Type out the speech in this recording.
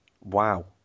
Wow